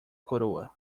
coroa